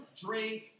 drink